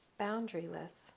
boundaryless